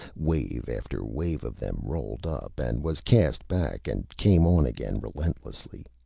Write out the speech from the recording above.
wave after wave of them rolled up, and was cast back, and came on again relentlessly.